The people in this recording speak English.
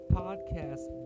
podcast